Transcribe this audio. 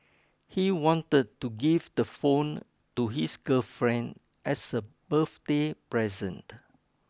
he wanted to give the phone to his girlfriend as a birthday present